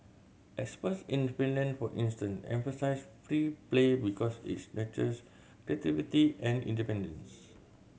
experts in Finland for instance emphasise free play because its nurtures creativity and independence